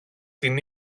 την